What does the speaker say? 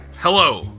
Hello